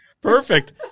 Perfect